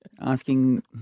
asking